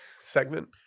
segment